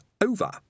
over